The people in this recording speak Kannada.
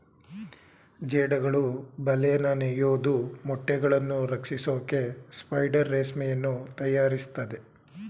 ಜೇಡಗಳು ಬಲೆನ ನೇಯೋದು ಮೊಟ್ಟೆಗಳನ್ನು ರಕ್ಷಿಸೋಕೆ ಸ್ಪೈಡರ್ ರೇಷ್ಮೆಯನ್ನು ತಯಾರಿಸ್ತದೆ